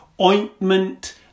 ointment